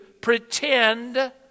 pretend